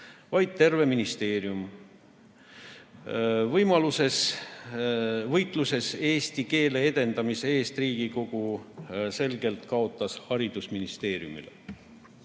vaid terve ministeerium. Võitluses eesti keele edendamise eest Riigikogu selgelt kaotas haridusministeeriumile.20